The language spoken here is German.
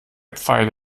pfeile